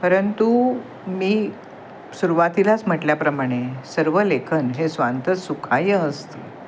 परंतु मी सुरुवातीलाच म्हटल्याप्रमाणे सर्व लेखन हे स्वांतः सुखाय असतं